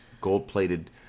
gold-plated